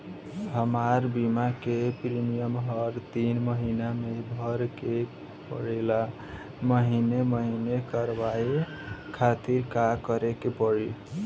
हमार बीमा के प्रीमियम हर तीन महिना में भरे के पड़ेला महीने महीने करवाए खातिर का करे के पड़ी?